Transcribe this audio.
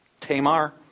Tamar